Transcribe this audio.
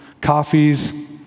coffees